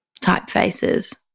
typefaces